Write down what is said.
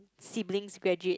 siblings graduate